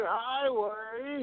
highway